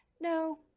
No